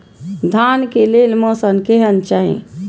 धान के लेल मौसम केहन चाहि?